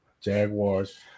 Jaguars